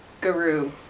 Guru